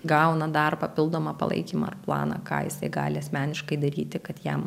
gauna dar papildomą palaikymą ir planą ką jisai gali asmeniškai daryti kad jam